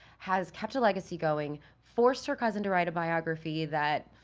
has kept a legacy going, forced her cousin to write a biography that,